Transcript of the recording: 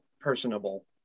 personable